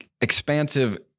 expansive